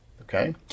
okay